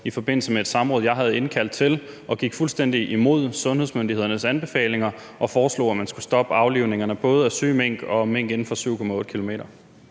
i forbindelse med et samråd, jeg havde indkaldt til, og gik fuldstændig imod sundhedsmyndighedernes anbefalinger og foreslog, at man skulle stoppe aflivningerne både af syge mink og af mink inden for 7,8 km.